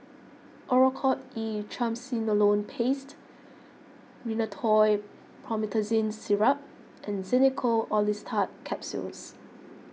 Oracort E Triamcinolone Paste Rhinathiol Promethazine Syrup and Xenical Orlistat Capsules